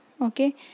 okay